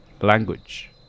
language